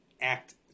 act